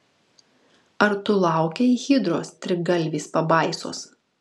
ar tu laukei hidros trigalvės pabaisos